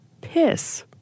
piss